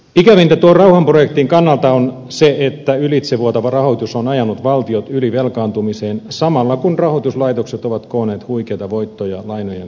ikävintä tuon rauhanprojektin kannalta on se että ylitsevuotava rahoitus on ajanut valtiot ylivelkaantumiseen samalla kun rahoituslaitokset ovat koonneet huikeita voittoja lainojen korkoina